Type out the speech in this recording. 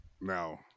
Now